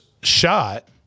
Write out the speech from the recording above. shot